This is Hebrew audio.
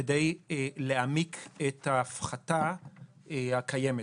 כדי להעמיק את ההפחתה הקיימת.